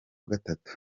gatatu